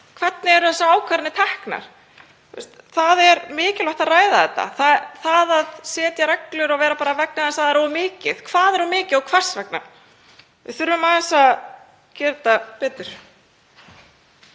Hvernig eru þessar ákvarðanir teknar? Það er mikilvægt að ræða þetta. Að setja reglur og segja bara: vegna þess að það er of mikið — hvað er of mikið og hvers vegna? Við þurfum aðeins að gera þetta betur.